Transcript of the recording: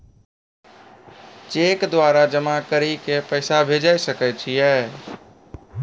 Cheque द्वारा जमा करि के पैसा भेजै सकय छियै?